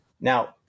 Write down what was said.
Now